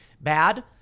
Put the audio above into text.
Bad